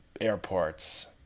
airports